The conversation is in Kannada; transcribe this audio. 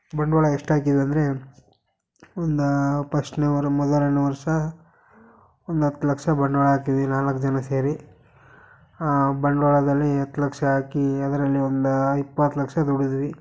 ಬಂಡವಾಳ ಎಷ್ಟು ಹಾಕಿದ್ದು ಅಂದರೆ ಒಂದು ಪಸ್ಟ್ನೇ ವರ ಮೊದಲನೇ ವರ್ಷ ಒಂದು ಹತ್ತು ಲಕ್ಷ ಬಂಡವಾಳ ಹಾಕಿದ್ವಿ ನಾಲ್ಕು ಜನ ಸೇರಿ ಬಂಡವಾಳದಲ್ಲಿ ಹತ್ತು ಲಕ್ಷ ಹಾಕಿ ಅದರಲ್ಲಿ ಒಂದು ಇಪ್ಪತ್ತು ಲಕ್ಷ ದುಡಿದ್ವಿ